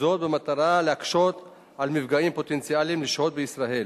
וזאת במטרה להקשות על מפגעים פוטנציאליים לשהות בישראל.